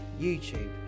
YouTube